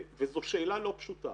וזאת שאלה לא פשוטה.